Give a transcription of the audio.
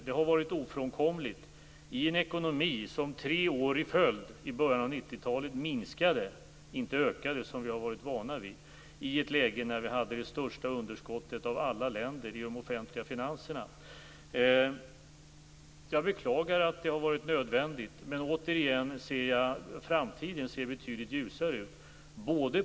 Det har varit ofrånkomligt i en ekonomi som tre år i följd i början av 1990-talet minskade - inte ökade, som vi har varit vana vid; detta i ett läge där Sverige av alla länder hade det största underskottet i de offentliga finanserna. Jag beklagar att detta har varit nödvändigt, men återigen säger jag att framtiden ser betydligt ljusare ut.